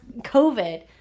COVID